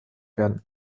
werden